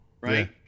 right